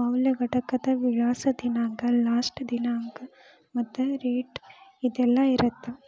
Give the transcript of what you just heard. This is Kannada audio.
ಮೌಲ್ಯ ಘಟಕದ ವಿಳಾಸ ದಿನಾಂಕ ಲಾಸ್ಟ ದಿನಾಂಕ ಮತ್ತ ರೇಟ್ ಇದೆಲ್ಲಾ ಇರತ್ತ